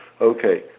Okay